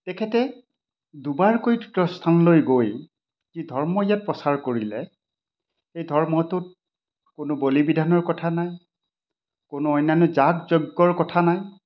তেখেতে দুবাৰকৈ তীৰ্থ স্থানলৈ গৈ যি ধৰ্ম যে প্ৰচাৰ কৰিলে এই ধৰ্মটোত কোনো বলি বিধানৰ কথা নাই কোনো অন্যান্য যাগ যজ্ঞৰ কথা নাই